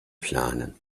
planen